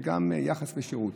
וגם יחס ושירות.